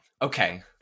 okay